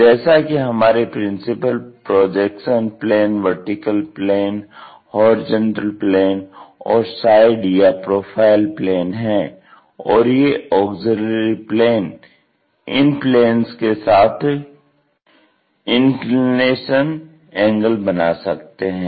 जैसा कि हमारे principal projection planes vertical plane horizontal plane और साइड या प्रोफाइल प्लेन है और ये ऑग्ज़िल्यरी प्लेन्स इन प्लेन्स के साथ इंक्लिनेशन एंगल बना सकते हैं